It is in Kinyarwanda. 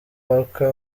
parker